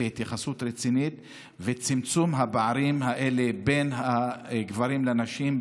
התייחסות רצינית וצמצום הפערים האלה בין גברים לנשים,